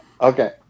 Okay